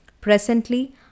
Presently